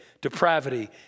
depravity